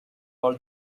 all